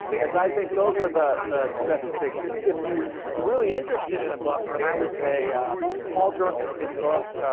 as i think, those are the the two best things. if if you are really interested in a book then i would say ah paul jorgensen's book,